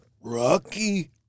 Rocky